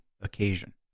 occasion